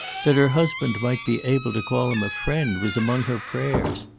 that her husband might be able to call him a friend was among her prayers.